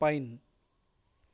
pine